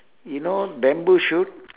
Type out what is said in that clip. you know bamboo shoot